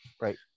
Right